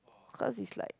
because is like